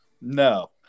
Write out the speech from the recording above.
No